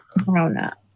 Corona